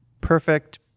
perfect